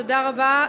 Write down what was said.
תודה רבה,